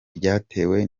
ryatewe